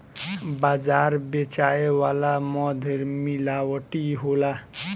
बाजार बेचाए वाला मध मिलावटी होला